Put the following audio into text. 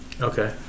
Okay